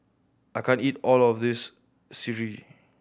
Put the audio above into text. I can't eat all of this sireh